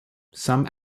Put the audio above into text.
some